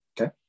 Okay